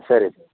சரி